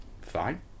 fine